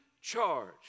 charge